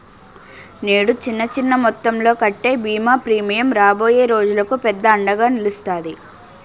నేడు చిన్న చిన్న మొత్తంలో కట్టే బీమా ప్రీమియం రాబోయే రోజులకు పెద్ద అండగా నిలుస్తాది